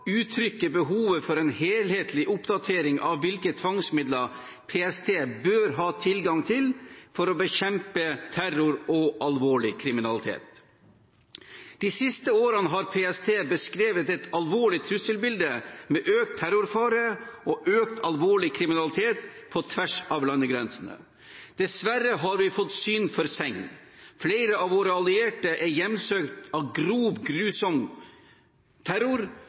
uttrykker behovet for en helhetlig oppdatering av hvilke tvangsmidler PST bør ha tilgang til for å bekjempe terror og alvorlig kriminalitet. De siste årene har PST beskrevet et alvorlig trusselbilde, med økt terrorfare og økt alvorlig kriminalitet på tvers av landegrensene. Dessverre har vi fått syn for segn. Flere av våre allierte er hjemsøkt av grov, grusom terror,